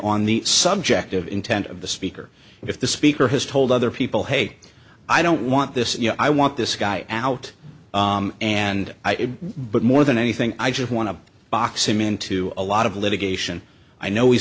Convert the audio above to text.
on the subject of intent of the speaker if the speaker has told other people hey i don't want this you know i want this guy out and i did but more than anything i just want to box him into a lot of litigation i know he